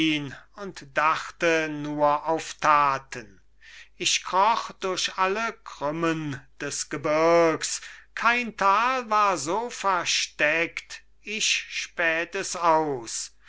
und dachte nur auf taten ich kroch durch alle krümmen des gebirgs kein tal war so versteckt ich späht es aus